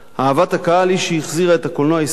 אהבת הקהל היא שהחזירה את הקולנוע הישראלי